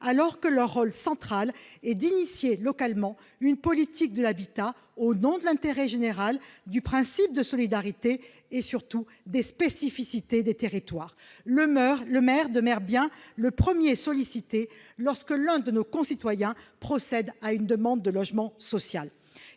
alors que leur rôle central et d'initier localement une politique de l'habitat, au nom de l'intérêt général du principe de solidarité et surtout des spécificités des territoires, le maire, le maire de mer bien le 1er sollicité lorsque l'un de nos concitoyens, procède à une demande de logement social,